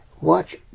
Watch